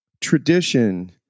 tradition